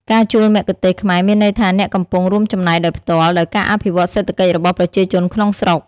ការជួលមគ្គុទ្ទេសក៍ខ្មែរមានន័យថាអ្នកកំពុង រួមចំណែកដោយផ្ទាល់ ដល់ការអភិវឌ្ឍន៍សេដ្ឋកិច្ចរបស់ប្រជាជនក្នុងស្រុក។